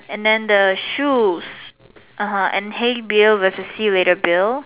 and then the shoes (uh huh) and hay bail versus sea litter bail